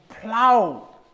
plow